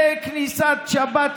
בכניסת שבת,